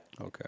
Okay